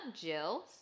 Jill